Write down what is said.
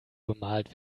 bemalt